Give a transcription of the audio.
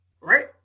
Right